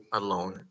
alone